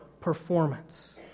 performance